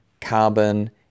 Carbon